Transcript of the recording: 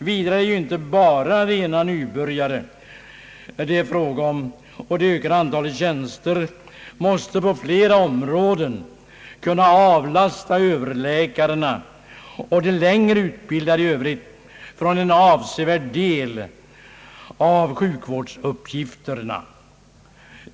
Vidare är det inte endast fråga om rena nybörjare, och det ökade antalet tjänster måste på flera områden kunna avlasta överläkarna och de mer välutbildade en avsevärd del av sjukvårdsuppgifterna.